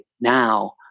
now